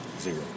zero